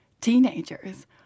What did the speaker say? teenagers